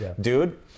Dude